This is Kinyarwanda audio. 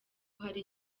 hari